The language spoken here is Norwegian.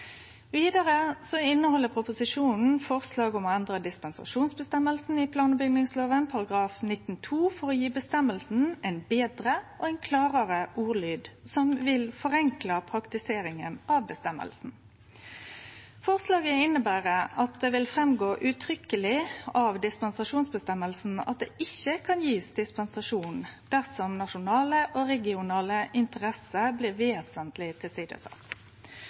Vidare inneheld proposisjonen forslag om å endre dispensasjonsføresegna i plan- og bygningsloven § 19-2, for å gje føresegna ein betre og klarare ordlyd, som vil forenkle praktiseringa av føresegna. Forslaget inneber at det uttrykkeleg vil gå fram av dispensasjonsføresegna at det ikkje kan gjevast dispensasjon dersom nasjonale og regionale interesser blir vesentleg